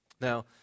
Now